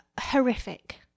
horrific